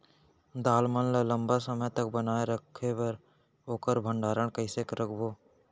दाल मन ल लम्बा समय तक बनाये बर ओखर भण्डारण कइसे रखबो?